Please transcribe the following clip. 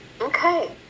Okay